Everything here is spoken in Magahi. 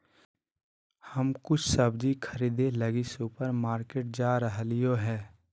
हम कुछ सब्जि खरीदे लगी सुपरमार्केट जा रहलियो हें